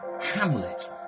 hamlet